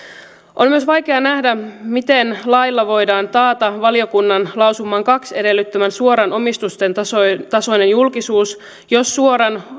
on myös vaikea nähdä miten lailla voidaan taata valiokunnan lausuman kaksi edellyttämä suoran omistuksen tasoinen tasoinen julkisuus jos suoran